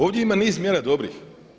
Ovdje ima niz mjera dobrih.